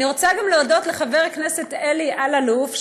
אני רוצה גם להודות לחבר הכנסת אלי אלאלוף,